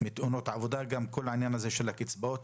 מתאונות עבודה, וגם לכל עניין הקצבאות.